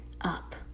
up